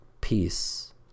Peace